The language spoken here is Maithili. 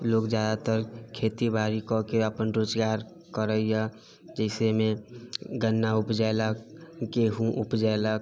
लोक जादातर खेती बाड़ी कऽ कऽ अपन रोजगार करैया जइसेमे गन्ना उपजेलक गेहूॅं उपजेलक